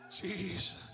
Jesus